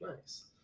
Nice